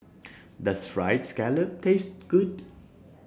Does Fried Scallop Taste Good